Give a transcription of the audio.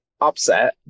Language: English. upset